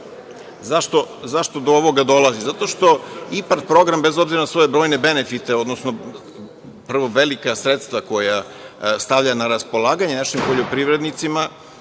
Zašto do ovoga dolazi? Zato što IPARD program, bez obzira na svoje brojne benefite, odnosno prvo, velika sredstva koja stavlja na raspolaganje našim poljoprivrednicima